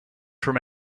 from